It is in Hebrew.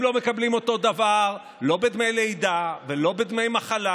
הם לא מקבלים אותו דבר לא בדמי לידה ולא בדמי מחלה